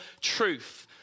truth